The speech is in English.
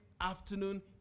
afternoon